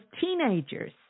teenagers